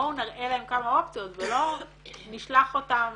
בואו נראה להם כמה אופציות ולא נשלח אותם